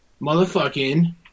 motherfucking